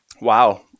Wow